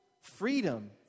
Freedom